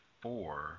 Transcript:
four